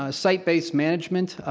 ah site-based management,